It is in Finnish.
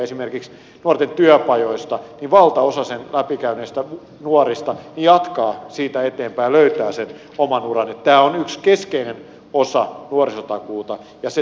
esimerkiksi valtaosa nuorten työpajan läpikäyneistä nuorista jatkaa siitä eteenpäin ja löytää sen oman uran niin että tämä on yksi keskeinen osa nuorisotakuuta ja se toimii